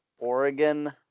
Oregon